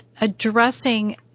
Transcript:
addressing